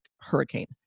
hurricane